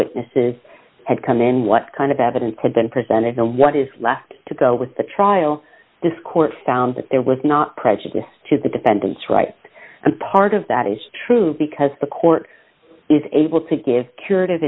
witnesses had come in what kind of evidence had been presented what is left to go with the trial this court found that there was not prejudice to the defendant's right and part of that is true because the court is able to give cur